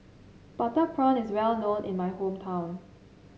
Butter Prawn is well known in my hometown